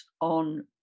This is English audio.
on